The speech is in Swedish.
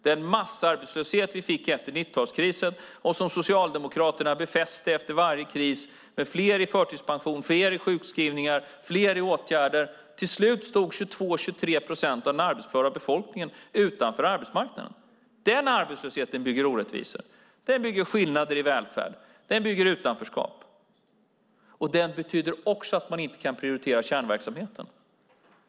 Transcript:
Den massarbetslöshet vi fick efter 90-talskrisen befäste Socialdemokraterna med fler i förtidspension, fler i sjukskrivningar, fler i åtgärder. Till slut stod 22-23 procent av den arbetsföra befolkningen utanför arbetsmarknaden. Den arbetslösheten bygger orättvisor. Den bygger skillnader i välfärd. Den bygger utanförskap. Den betyder också att man inte kan prioritera kärnverksamheten.